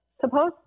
suppose